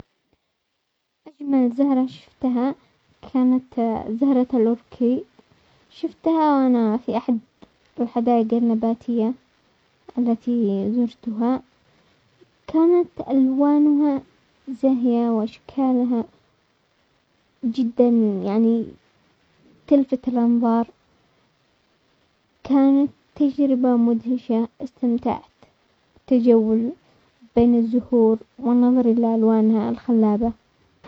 اجمل زهرة شفتها كانت زهرة الاوركيد، شفتها وانا في احد الحدايق النباتية التي زرتها، كانت الوانها زاهية واشكالها جدا يعني تلفت الانظار، كانت تجربة مدهشة استمتعت تجول بين الزهور والنظر الى الوانها الخلابة.